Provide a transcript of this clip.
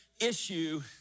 issue